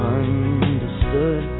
understood